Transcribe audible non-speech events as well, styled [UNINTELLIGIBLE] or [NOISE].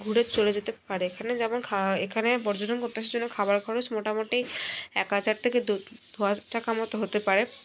ঘুরে চলে যেতে পারে এখানে যেমন খা এখানে পর্যটন করতে [UNINTELLIGIBLE] খাবার খরচ মোটামোটি এক হাজার থেকে দু দু হাজার টাকার মতো হতে পারে